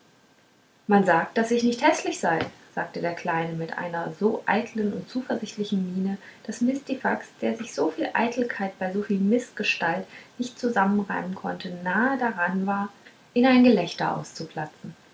man sagt daß ich nicht häßlich sei sagte der kleine mit einer so eitlen und zuversichtlichen miene daß mistifax der sich soviel eitelkeit bei soviel mißgestalt nicht zusammenreimen konnte nahe daran war in ein gelächter auszuplatzen